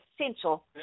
essential